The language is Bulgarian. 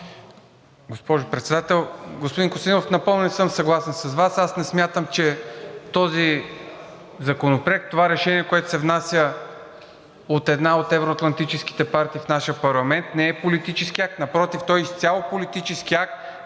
Госпожо Председател! Господин Костадинов, напълно не съм съгласен с Вас. Аз не смятам, че този законопроект, това решение, което се внася от една от евро-атлантическите парти в нашия парламент, не е политически акт. Напротив, той изцяло е политически акт